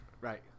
Right